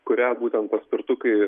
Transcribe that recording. kuria būtent paspirtukai